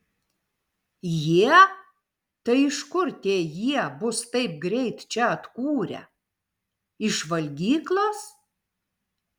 jie tai iš kur tie jie bus taip greit čia atkūrę iš valgyklos